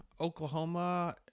Oklahoma